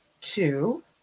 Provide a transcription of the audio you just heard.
two